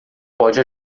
pode